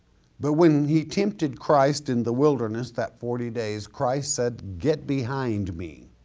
but when he tempted christ in the wilderness that forty days christ said, get behind me.